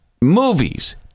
movies